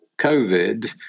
COVID